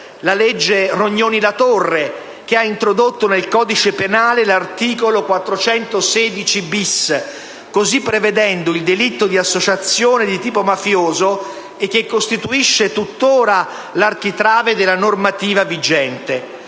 (la legge «Rognoni-La Torre», che ha introdotto, nel codice penale, l'articolo 416-*bis*, così prevedendo il delitto di associazione di tipo mafioso e che costituisce l'architrave della normativa